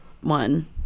one